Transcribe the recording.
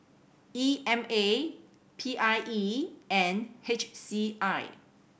E M A P I E and H C I